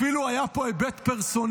אפילו היה פה היבט פרסונלי,